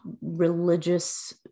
religious